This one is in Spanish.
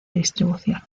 distribución